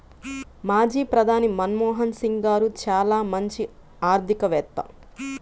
మాజీ ప్రధాని మన్మోహన్ సింగ్ గారు చాలా మంచి ఆర్థికవేత్త